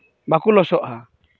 ᱵᱟᱠᱚ ᱞᱚᱥᱚᱜᱼᱟ